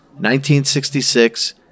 1966